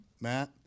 Matt